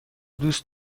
دوست